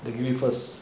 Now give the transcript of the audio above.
first